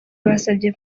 basabye